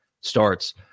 starts